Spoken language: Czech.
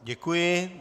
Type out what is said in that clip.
Děkuji.